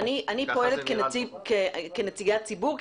אני פועלת כנציגת ציבור,